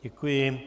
Děkuji.